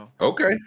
Okay